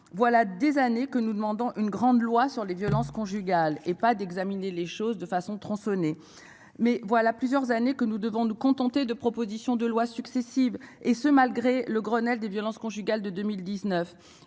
Voilà des années que nous demandons une grande loi sur les violences conjugales et pas d'examiner les choses de façon tronçonner mais voilà plusieurs années que nous devons nous contenter de propositions de lois successives et ce malgré le Grenelle des violences conjugales de 2019.